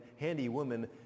handywoman